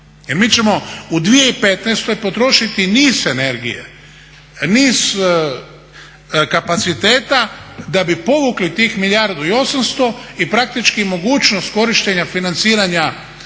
mi ćemo u 2015. potrošiti niz energije, niz kapaciteta da bi povukli tih milijardu i 800 i praktički mogućnost korištenja financiranja